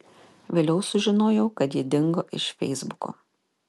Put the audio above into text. vėliau sužinojau kad ji dingo iš feisbuko